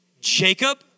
Jacob